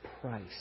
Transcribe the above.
price